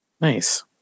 Nice